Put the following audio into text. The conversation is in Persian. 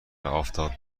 آفتاب